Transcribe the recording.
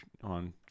on